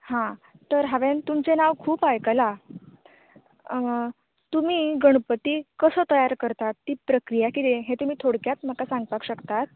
हां तर हांवें तुमचें नांव खूब आयकलां तुमी गणपती कसो तयार करतात ती प्रक्रिया कितें हें तुमी थोडक्यांत म्हाका सांगपाक शकतात